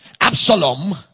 Absalom